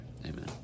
Amen